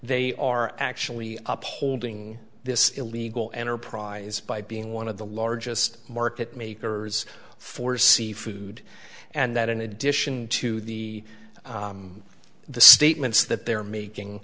they are actually up holding this illegal enterprise by being one of the largest market makers for seafood and that in addition to the the statements that they're making